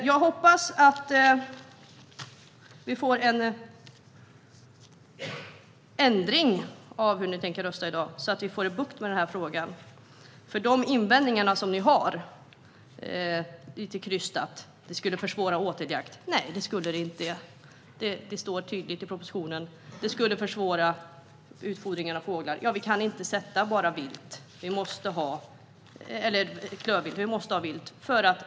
Jag hoppas att det blir en ändring av hur ni tänker rösta i dag så att det går att få bukt på frågan. En lite krystad invändning är att åteljakt skulle försvåras. Nej, det skulle det inte. Det står tydligt i propositionen att det skulle försvåra utfodringen av fåglar. Det är inte fråga om bara klövvilt, utan det måste finnas vilt.